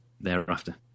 thereafter